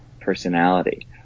personality